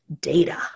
data